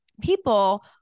people